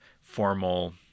formal